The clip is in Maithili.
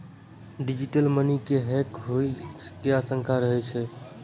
डिजिटल मनी के हैक होइ के आशंका रहै छै